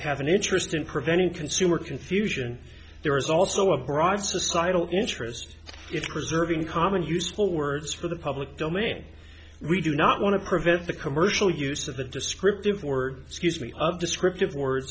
have an interest in preventing consumer confusion there is also a broad societal interest it's preserving common useful words for the public domain we do not want to prevent the commercial use of the descriptive word scuse me descriptive word